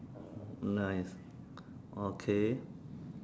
nice okay